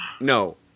no